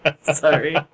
Sorry